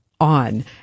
on